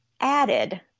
added